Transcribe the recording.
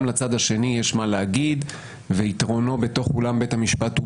גם לצד השני יש מה להגיד ויתרונו בתוך אולם בית המשפט הוא